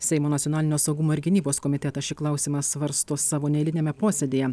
seimo nacionalinio saugumo ir gynybos komitetas šį klausimą svarsto savo neeiliniame posėdyje